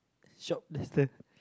shop there's the